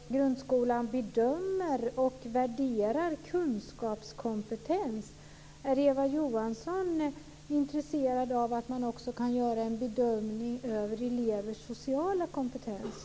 Fru talman! I grundskolan bedömer och värderar vi kunskapskompetens. Är Eva Johansson intresserad av att man också kan göra en bedömning av elevers sociala kompetens?